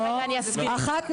או אחת משלוש.